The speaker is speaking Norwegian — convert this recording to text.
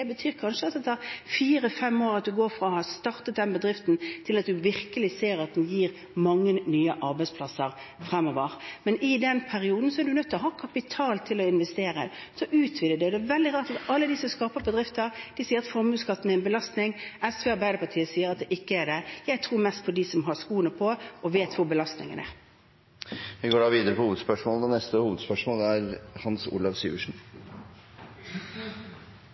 betyr kanskje at det tar fire–fem år fra man har startet den bedriften, til du virkelig ser at den gir mange nye arbeidsplasser fremover, men i den perioden er en nødt til å ha kapital til å investere, til å utvide. Det er veldig rart at alle disse som skaper bedrifter, sier at formuesskatten er en belastning. SV og Arbeiderpartiet sier at det ikke er det. Jeg tror mest på dem som har skoen på, og som vet hvor belastningene er. Vi går videre til neste hovedspørsmål.